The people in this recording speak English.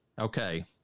Okay